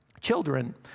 children